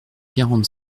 quarante